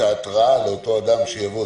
שההתראה לאותו אדם שיבוא,